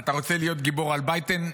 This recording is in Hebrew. אתה רוצה להיות גיבור על ביידן,